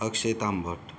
Akshay Tambhat